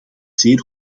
zeer